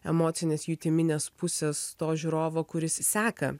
emocinės jutiminės pusės to žiūrovo kuris seka